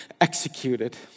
executed